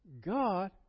God